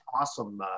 Awesome